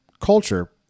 culture